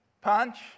punch